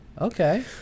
okay